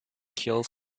killed